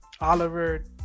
oliver